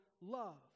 love